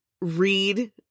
read